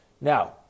Now